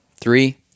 Three